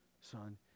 son